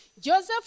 Joseph